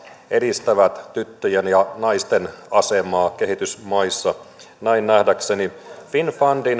edistävät tyttöjen ja naisten asemaa kehitysmaissa näin nähdäkseni finnfundin